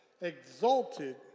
exalted